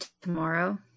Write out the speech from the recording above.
tomorrow